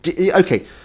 okay